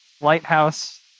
lighthouse